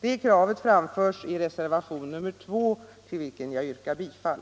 Detta krav framförs i reservationen 2, till vilken jag yrkar bifall.